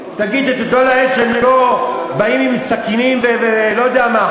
תגידי תודה לאל שהם לא באים עם סכינים ואני לא יודע מה,